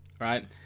right